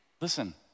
Listen